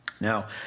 Now